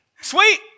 Sweet